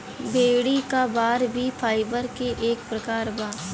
भेड़ी क बार भी फाइबर क एक प्रकार बा